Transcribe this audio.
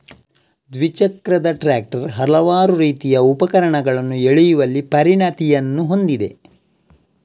ದ್ವಿಚಕ್ರದ ಟ್ರಾಕ್ಟರ್ ಹಲವಾರು ರೀತಿಯ ಉಪಕರಣಗಳನ್ನು ಎಳೆಯುವಲ್ಲಿ ಪರಿಣತಿಯನ್ನು ಹೊಂದಿದೆ